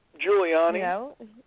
Giuliani